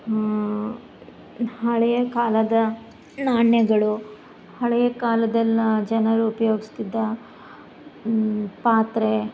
ಹಳೆಯ ಕಾಲದ ನಾಣ್ಯಗಳು ಹಳೆಯ ಕಾಲದಲ್ಲಿ ಜನರು ಉಪಯೋಗ್ಸ್ತಿದ್ದ ಪಾತ್ರೆ